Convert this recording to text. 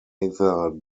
neither